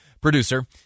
producer